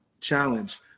challenge